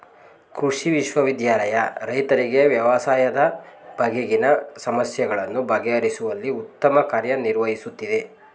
ಕೃಷಿ ವಿಶ್ವವಿದ್ಯಾನಿಲಯ ರೈತರಿಗೆ ವ್ಯವಸಾಯದ ಬಗೆಗಿನ ಸಮಸ್ಯೆಗಳನ್ನು ಬಗೆಹರಿಸುವಲ್ಲಿ ಉತ್ತಮ ಕಾರ್ಯ ನಿರ್ವಹಿಸುತ್ತಿದೆ